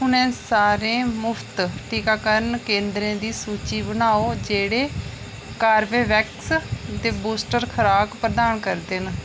उ'नें सारे मुख्त टीकाकरण केंद्रें दी सूची बनाओ जेह्ड़े कॉर्बेवैक्स दे बूस्टर खराक प्रदान करदे न